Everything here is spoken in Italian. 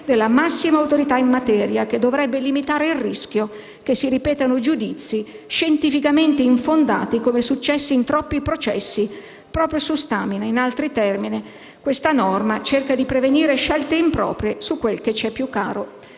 della massima autorità in materia, che dovrebbe limitare il rischio che si ripetano giudizi scientificamente infondati, come successe in troppi processi proprio su Stamina. In altri termini, questa norma cerca di prevenire scelte improprie su quel che ci è più caro: